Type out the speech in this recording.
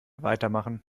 weitermachen